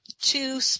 Two